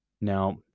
now